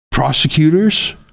prosecutors